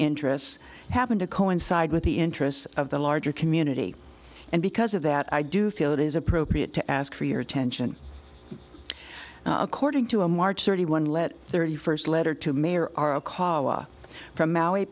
interests happen to coincide with the interests of the larger community and because of that i do feel it is appropriate to ask for your attention according to a march thirty one let thirty first letter to mayor are a call from maui